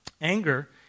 Anger